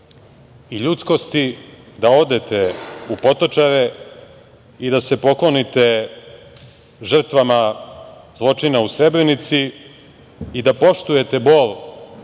i ljudskosti da odete u Potočare i da se poklonite žrtvama zločina u Srebrenici i da poštujete bol